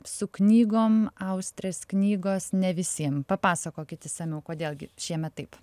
su knygom austrės knygos ne visiems papasakokit išsamiau kodėl gi šiemet taip